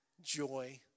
joy